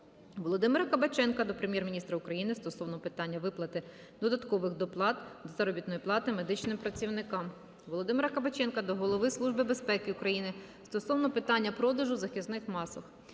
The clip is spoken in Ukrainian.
Володимира Кабаченка до Прем'єр-міністра України стосовно питання виплати додаткових доплат до заробітної плати медичним працівникам. Володимира Кабаченка до голови Служби безпеки України стосовно питання продажу захисних масок.